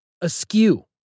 Askew